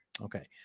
Okay